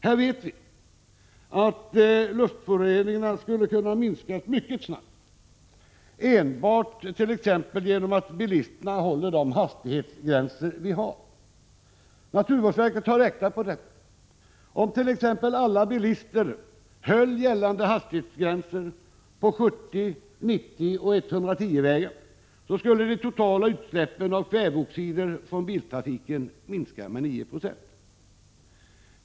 Här vet vi att luftföroreningarna skulle kunna minska mycket snabbt enbart t.ex. genom att bilisterna håller de hastighetsgränser vi har. Naturvårdsverket har räknat på detta. Om t.ex. alla bilister höll gällande hastighetsgränser på 70-, 90 och 110-vägarna, skulle de totala utsläppen av kväveoxider från biltrafiken minska med 9 96.